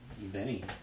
Benny